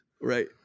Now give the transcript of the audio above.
right